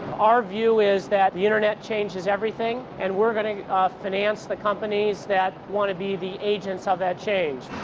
our view is that the internet changes everything and we're going to finance the companies that want to be the agents of that change.